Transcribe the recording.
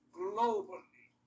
globally